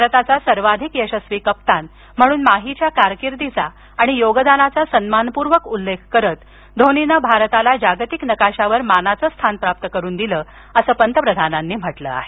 भारताचा सर्वाधिक यशस्वी कप्तान म्हणून माहीच्या कारकिर्दीचा आणि योगदानाचा सन्मानपूर्वक उल्लेख करीत धोनीने भारताला जागतिक नकाशावर मानाचं स्थान प्राप्त करून दिलं असं पंतप्रधानांनी म्हटलं आहे